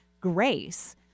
grace